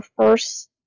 first